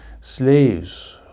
slaves